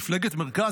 מפלגת מרכז,